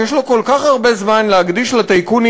שיש לו כל כך הרבה זמן להקדיש לטייקונים